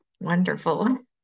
wonderful